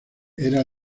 era